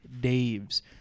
Daves